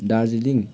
Darjeeling